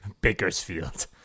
Bakersfield